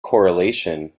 correlation